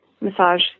massage